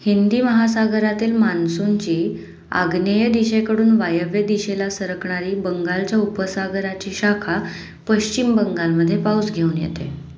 हिंदी महासागरातील मान्सूनची आग्नेय दिशेकडून वायव्य दिशेला सरकणारी बंगालच्या उपसागराची शाखा पश्चिम बंगालमध्ये पाऊस घेऊन येते